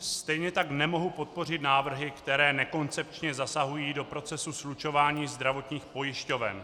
Stejně tak nemohu podpořit návrhy, které nekoncepčně zasahují do procesu slučování zdravotních pojišťoven.